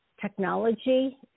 Technology